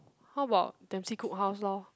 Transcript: how about Dempsey Cookhouse lor